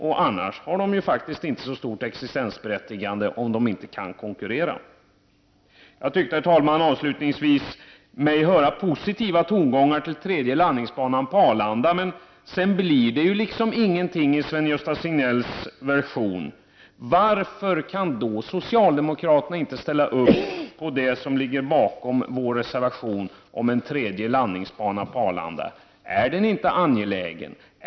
Om man inte kan konkurrera, har inte SAS något större existensberättigande, Herr talman! Avslutningsvis tyckte jag mig höra positiva tongångar om den tredje landningsbanan på Arlanda, men sedan blev det just ingenting i Sven-Gösta Signells version. Varför kan då socialdemokraterna inte ställa upp på det som ligger bakom vår reservation om en tredje landningsbana på Arlanda? Är den inte angelägen?